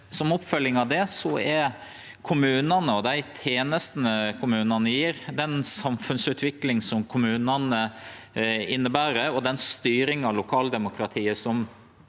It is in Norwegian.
Som oppfølging av det er kommunane og dei tenestene kommuna ne gjev, den samfunnsutviklinga som kommunane inneber, og den styringa som lokaldemokratiet